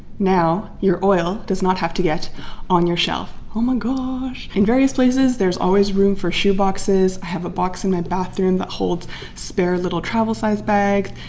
now your oil does not have to get on your shelf. oh my gosh! in various places, there's always room for shoe boxes. i have a box in my bathroom that holds spare little travel-size bags.